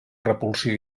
repulsió